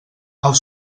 els